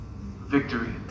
Victory